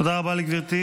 תודה רבה לגברתי.